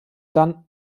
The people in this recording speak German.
dann